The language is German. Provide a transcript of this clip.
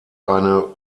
eine